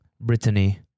Brittany